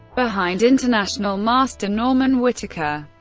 behind international master norman whitaker.